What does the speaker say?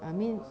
I mean